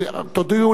האם אין